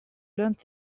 learned